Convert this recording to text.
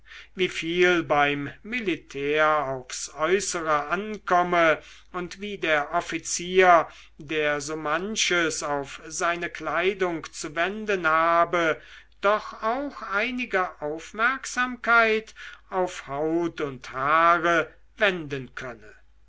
viel beim militär aufs äußere ankomme und wie der offizier der so manches auf seine kleidung zu wenden habe doch auch einige aufmerksamkeit auf haut und haare wenden könne